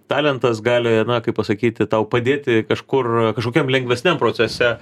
talentas gali na kaip pasakyti tau padėti kažkur kažkokiam lengvesniam procese